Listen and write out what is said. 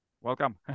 Welcome